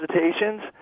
visitations